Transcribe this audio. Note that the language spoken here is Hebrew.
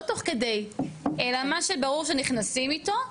לא תוך כדי אלא מה שברור שנכנסים איתו,